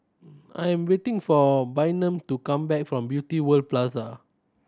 I am waiting for Bynum to come back from Beauty World Plaza